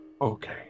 Okay